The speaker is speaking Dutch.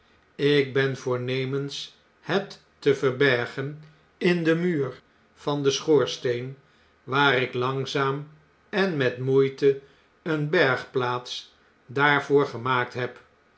ik ben voornemens het te verbergen in den muur van den schoorsteen waar ik langzaam en met moeite eene bergplaats daarvoor gemaakt heb